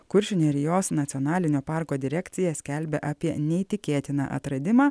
kuršių nerijos nacionalinio parko direkcija skelbia apie neįtikėtiną atradimą